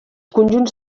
conjunts